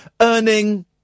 earning